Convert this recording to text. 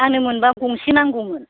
आंनो मोनबा गंसे नांगौमोन